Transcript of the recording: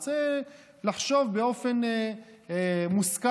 הוא רוצה לחשוב באופן מושכל?